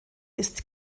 ist